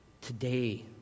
today